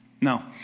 No